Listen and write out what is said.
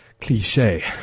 cliche